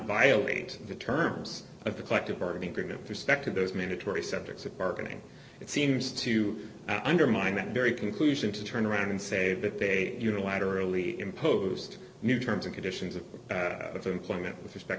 violate the terms of the collective bargaining agreement perspective those mandatory subjects of bargaining it seems to undermine that very conclusion to turn around and say that they unilaterally imposed new terms and conditions of employment with respect